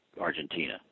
argentina